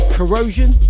Corrosion